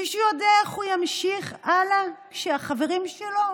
מישהו יודע איך הוא ימשיך הלאה כשהחברים שלו